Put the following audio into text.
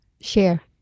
share